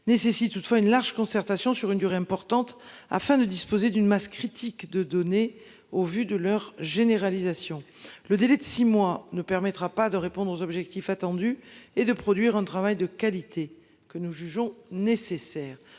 nécessite toutefois une large concertation sur une durée importante afin de disposer d'une masse critique de donner au vu de leur généralisation. Le délai de six mois ne permettra pas de répondre aux objectifs attendus et de produire un travail de qualité que nous jugeons nécessaires,